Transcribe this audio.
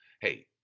Hey